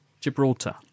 Gibraltar